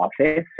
office